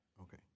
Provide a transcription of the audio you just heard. Okay